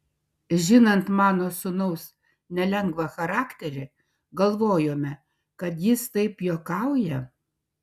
žinant mano sūnaus nelengvą charakterį galvojome kad jis taip juokauja